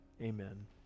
Amen